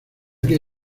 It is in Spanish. que